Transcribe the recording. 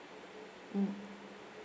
mm